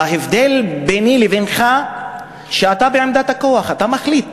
ההבדל ביני לבינך, שאתה בעמדת הכוח, אתה מחליט.